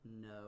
no